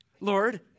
Lord